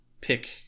pick